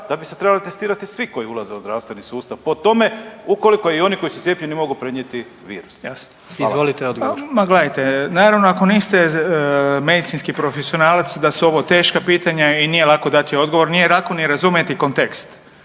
da bi se trebali testirati svi koji ulaze u zdravstveni sustav po tome ukoliko i oni koji su cijepljeni mogu prenijeti virus. Hvala. **Jandroković, Gordan (HDZ)** Izvolite odgovor. **Beroš, Vili (HDZ)** Ma gledajte, naravno ako niste medicinski profesionalac da su ovo teška pitanja i nije lako dati odgovor, nije lako ni razumjeti kontekst.